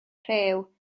rhew